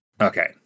okay